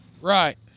Right